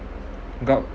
gov~